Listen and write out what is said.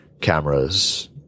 cameras